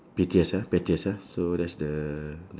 pettiest ah pettiest ah so that's the